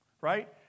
right